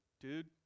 dude